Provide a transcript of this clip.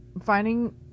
finding